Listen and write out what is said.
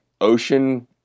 ocean